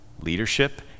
leadership